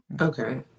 okay